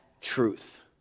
truth